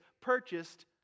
purchased